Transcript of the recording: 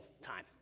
time